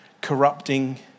corrupting